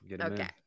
Okay